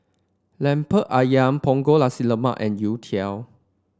lemper ayam Punggol Nasi Lemak and youtiao